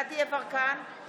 ידי בג"ץ כמה פעמים.